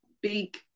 big